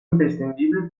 imprescindible